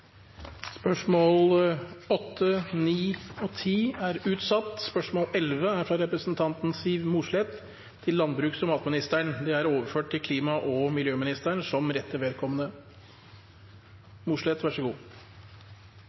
Spørsmål 11, fra representanten Siv Mossleth til landbruks- og matministeren, er overført til klima- og miljøministeren som rette